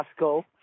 Costco